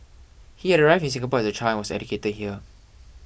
he had arrived in Singapore as a child and was educated here